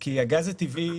כי הגז הטבעי,